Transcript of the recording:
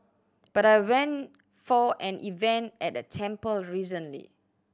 but I went for an event at a temple recently